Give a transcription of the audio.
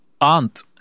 aunt